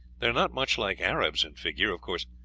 they are not much like arabs in figure. of course,